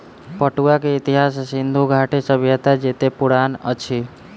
पटुआ के इतिहास सिंधु घाटी सभ्यता जेतै पुरान अछि